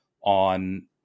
on